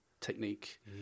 technique